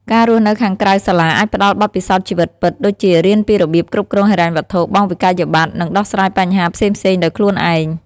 ការរស់នៅខាងក្រៅសាលាអាចផ្តល់បទពិសោធន៍ជីវិតពិត ដូចជារៀនពីរបៀបគ្រប់គ្រងហិរញ្ញវត្ថុ បង់វិក្កយបត្រ និងដោះស្រាយបញ្ហាផ្សេងៗដោយខ្លួនឯង។